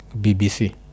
BBC